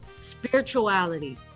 spirituality